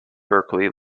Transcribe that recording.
berkeley